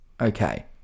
Okay